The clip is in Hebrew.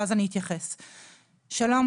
ואז אני אתייחס: "שלום.